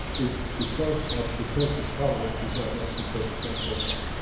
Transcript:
it's because i'm prepared to travel, people are not prepared to come so far.